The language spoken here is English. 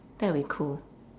that'll be cool